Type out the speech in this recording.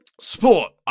Sport